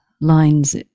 lines